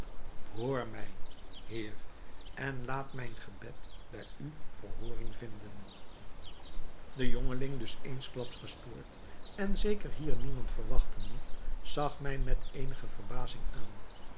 hoor mij heer en laat mijn gebed bij u verhooring vinden de jongeling dus eensklaps gestoord en zeker hier niemand verwachtende zag mij met eenige verbazing aan